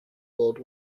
world